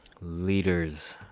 leaders